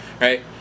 right